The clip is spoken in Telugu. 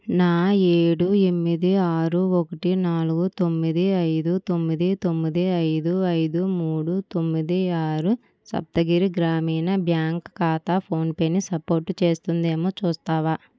నా ఏడు ఎనిమిది ఆరు ఒకటి నాలుగు తొమ్మిది ఐదు తొమ్మిది తొమ్మిది ఐదు ఐదు మూడు తొమ్మిది ఆరు సప్తగిరి గ్రామీణ బ్యాంక్ ఖాతా ఫోన్పేని సపోర్టు చేస్తుందేమో చూస్తావా